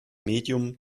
medium